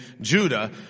Judah